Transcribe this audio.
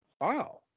Wow